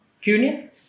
Junior